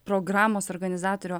programos organizatorių